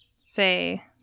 say